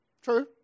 True